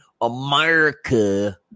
America